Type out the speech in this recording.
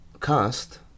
cast